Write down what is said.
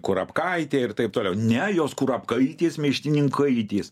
kurapkaitė ir taip toliau ne jos kurapkaitės meištininkaitės